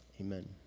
Amen